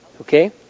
Okay